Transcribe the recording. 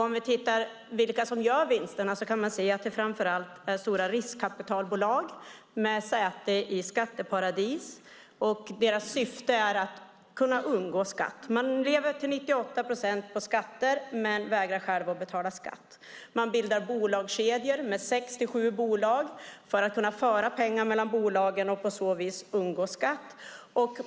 Om vi tittar på vilka dessa vinster går till kan vi se att det framför allt är till stora riskkapitalbolag med säte i skatteparadis. Deras syfte är att undgå skatt. De lever till 98 procent på skatter men vägrar själva att betala skatt. De bildar bolagskedjor med sex till sju bolag för att kunna föra pengar mellan bolagen och på så vis undgå skatt.